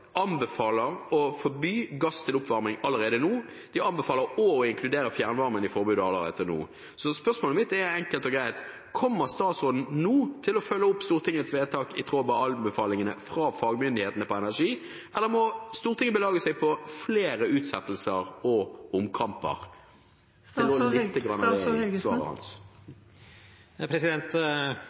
anbefaler å forby gass til oppvarming allerede nå. De anbefaler også å inkludere fjernvarmen i forbudet allerede nå. Så spørsmålet mitt er enkelt og greit: Kommer statsråden nå til å følge opp Stortingets vedtak i tråd med anbefalingene fra fagmyndighetene innen energi, eller må Stortinget belage seg på flere utsettelser og